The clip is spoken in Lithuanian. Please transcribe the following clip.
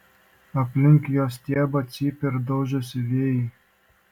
aplink jo stiebą cypia ir daužosi vėjai